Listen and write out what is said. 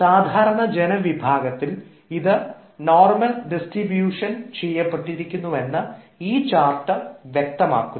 സാധാരണ ജനവിഭാഗത്തിൽ ഇത് നോർമൽ ഡിസ്ട്രിബ്യൂഷൻ ചെയ്യപ്പെട്ടിരിക്കുന്നു എന്ന് ഈ ചാർട്ട് വ്യക്തമാക്കുന്നു